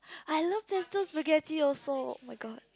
I love pesto spaghetti also oh-my-god